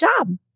job